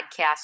podcast